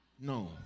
No